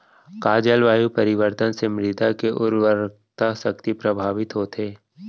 का जलवायु परिवर्तन से मृदा के उर्वरकता शक्ति प्रभावित होथे?